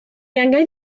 angen